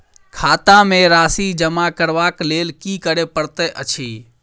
खाता मे राशि जमा करबाक लेल की करै पड़तै अछि?